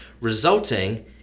resulting